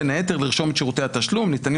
בין היתר לרשום את שירותי השתלום ניתנים